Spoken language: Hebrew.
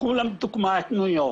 קחו לדוגמא את ניו יורק.